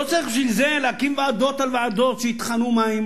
לא צריך בשביל זה להקים ועדות על ועדות שיטחנו מים.